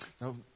Now